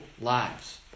lives